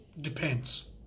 Depends